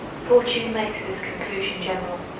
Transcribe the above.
fortune makes this conclusion general,